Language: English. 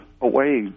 away